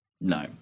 No